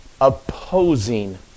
opposing